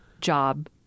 job